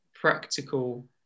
Practical